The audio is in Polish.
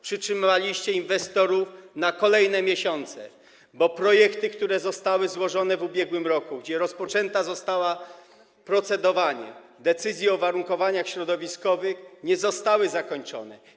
Przetrzymywaliście inwestorów przez kolejne miesiące, bo projekty, które zostały złożone w ubiegłym roku, kiedy rozpoczęte zostało procedowanie decyzji o uwarunkowaniach środowiskowych, nie zostały zakończone.